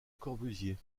corbusier